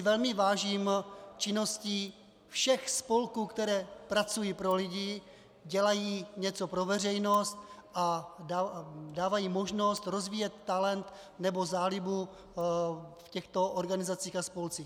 Velmi si vážím činností všech spolků, které pracují pro lidi, dělají něco pro veřejnost a dávají možnost rozvíjet talent nebo zálibu v těchto organizacích a spolcích.